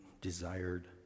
desired